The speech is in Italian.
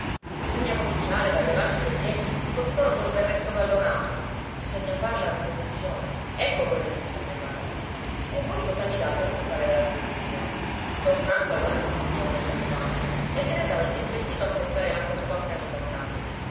bisogna cominciare dal levarci dai piedi tutti costoro col berretto gallonato bisogna far la rivoluzione ecco quello che bisogna fare e voi cosa mi date per fare la rivoluzione don franco allora si stringeva nelle spalle e se ne andava indispettito a pestare l'acqua sporca nel mortaio